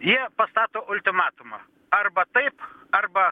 jie pastato ultimatumą arba taip arba